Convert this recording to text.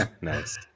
Nice